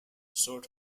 sort